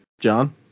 John